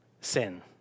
sin